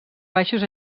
baixos